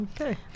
Okay